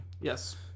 Yes